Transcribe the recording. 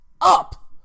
up